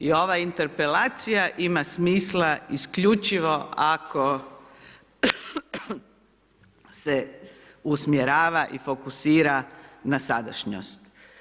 I ova interpelacija ima smisla isključivo ako se usmjerava i fokusira na sadašnjost.